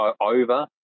over